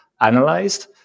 analyzed